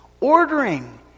Ordering